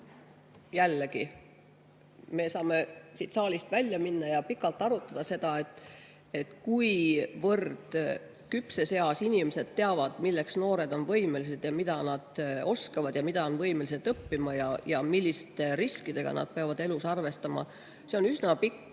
Jällegi, me saame siit saalist välja minna ja [teiega] pikalt arutada seda, kuivõrd küpses eas inimesed teavad, milleks noored on võimelised, mida nad oskavad, mida on võimelised õppima ja milliste riskidega nad peavad elus arvestama. See on üsna pikk